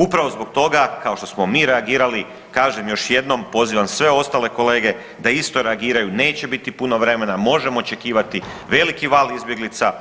Upravo zbog toga kao što smo mi reagirali kažem još jednom, pozivam sve ostale kolege da isto reagiraju, neće biti puno vremena možemo očekivati veliki val izbjeglica